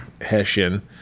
Hessian